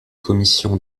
commissions